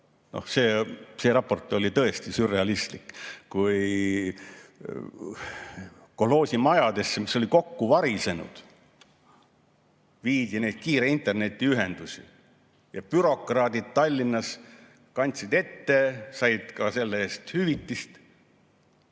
See raport oli tõesti sürrealistlik. Kolhoosimajadesse, mis olid kokku varisenud, viidi neid kiire interneti ühendusi ja bürokraadid Tallinnas kandsid ette ning said ka selle eest hüvitist,